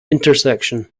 intersection